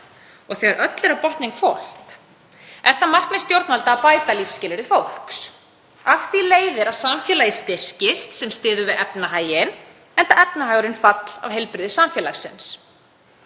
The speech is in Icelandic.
Þegar öllu er á botninn hvolft er það markmið stjórnvalda að bæta lífsskilyrði fólks. Af því leiðir að samfélagið styrkist, sem styður við efnahaginn, enda er efnahagurinn fall af heilbrigði samfélagsins.